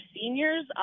seniors